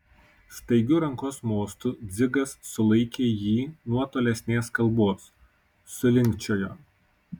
staigiu rankos mostu dzigas sulaikė jį nuo tolesnės kalbos sulinkčiojo